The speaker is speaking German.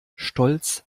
stolz